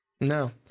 no